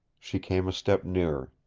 she came a step nearer.